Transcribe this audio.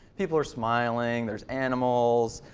people are smiling, there's animals,